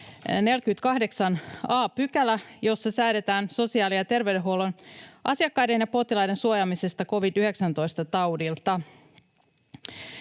48 a §, jossa säädetään sosiaali‑ ja terveydenhuollon asiakkaiden ja potilaiden suojaamisesta covid-19-taudilta.